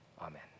Amen